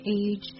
age